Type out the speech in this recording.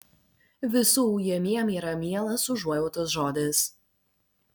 visų ujamiem yra mielas užuojautos žodis